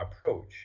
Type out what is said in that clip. approach